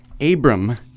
Abram